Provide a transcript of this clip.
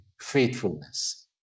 faithfulness